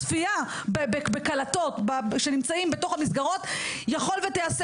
צפייה בקלטות שנמצאים בתוך המסגרות יכול ותיעשה